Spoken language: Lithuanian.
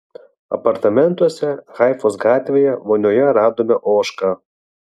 apartamentuose haifos gatvėje vonioje radome ožką